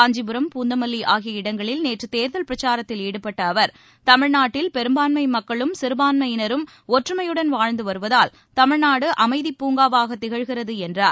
காஞ்சிபுரம் பூந்தமல்வி ஆகிய இடங்களில் நேற்று தேர்தல் பிரச்சாரத்தில் ஈடுபட்ட அவர் தமிழ்நாட்டில் பெரும்பான்மை மக்களும் சிறுபான்மையினரும் ஒற்றுமையுடன் வாழ்ந்து வருவதால் தமிழ்நாடு அமைதிப் பூங்காவாக திகழ்கிறது என்றார்